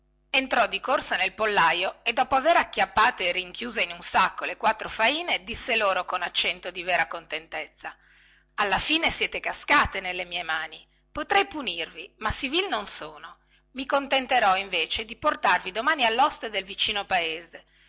entrò di corsa nel pollaio e dopo avere acchiappate e rinchiuse in un sacco le quattro faine disse loro con accento di vera contentezza alla fine siete cascate nelle mie mani potrei punirvi ma sì vil non sono i contenterò invece di portarvi domani alloste del vicino paese